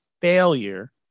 failure